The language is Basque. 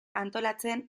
antolatzen